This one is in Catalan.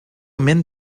ment